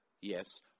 yes